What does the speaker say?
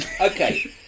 Okay